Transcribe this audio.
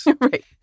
Right